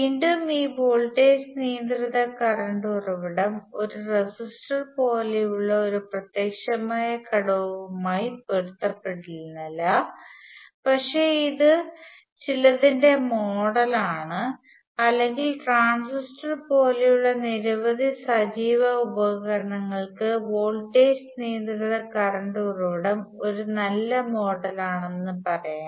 വീണ്ടും ഈ വോൾട്ടേജ് നിയന്ത്രിത കറണ്ട് ഉറവിടം ഒരു റെസിസ്റ്റർ പോലുള്ള ഒരു പ്രത്യക്ഷമായ ഘടകവുമായി പൊരുത്തപ്പെടുന്നില്ല പക്ഷേ ഇത് ചിലതിന്റെ മോഡലാണ് അല്ലെങ്കിൽ ട്രാൻസിസ്റ്റർ പോലുള്ള നിരവധി സജീവ ഉപകരണങ്ങൾക്ക് വോൾട്ടേജ് നിയന്ത്രിത കറണ്ട് ഉറവിടം ഒരു നല്ല മോഡലാണെന്ന് പറയാം